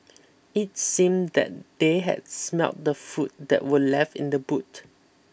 it seemed that they had smelt the food that were left in the boot